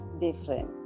different